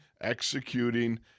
executing